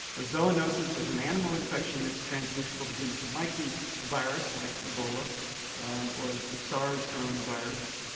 zoonosis is an animal infection that's transmissible to humans. it might be a virus like ebola or the sars coronavirus.